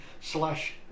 slash